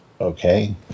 Okay